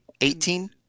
eighteen